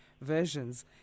versions